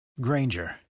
Granger